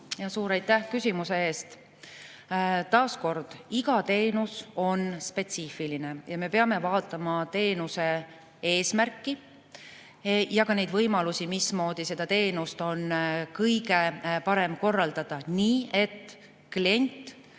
Suur aitäh küsimuse eest! Taas kord: iga teenus on spetsiifiline ja me peame vaatama teenuse eesmärki ja ka võimalusi, mismoodi seda teenust on kõige parem korraldada, et klient